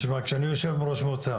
תשמע, כאשר אני יושב עם ראש מועצה